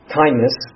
kindness